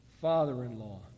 father-in-law